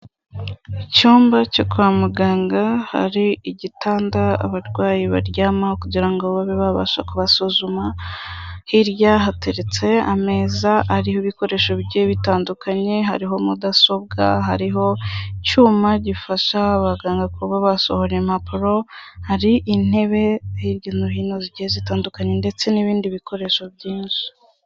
Icyumba cyo kwa muganga, hari igitanda abarwayi baryamaho kugira ngo babe babashe kubasuzuma, hirya hateretse ameza ariho ibikoresho bigiye bitandukanye, hariho mudasobwa, hariho icyuma gifasha abaganga kuba basohora impapuro, hari intebe hirya no hino zigiye zitandukanye ndetse n'ibindi bikoresho byinshi.